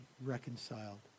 reconciled